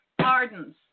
pardons